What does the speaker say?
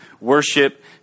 worship